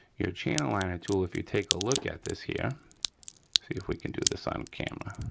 your channel liner tool if you take a look at this here see if we can do this on camera.